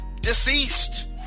deceased